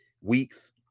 weeks